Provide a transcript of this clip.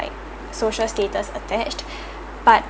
like social status attached but